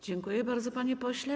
Dziękuję bardzo, panie pośle.